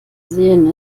sehen